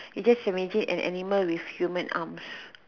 just imagine and animal with human arms